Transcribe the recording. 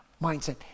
mindset